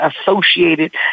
associated